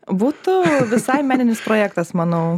butų visai meninis projektas manau